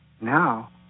Now